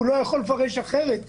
והוא לא יכול לפרש אחרת,